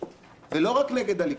ולא רק נגד הליכוד.